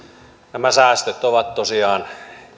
nämä säästöt ovat tosiaan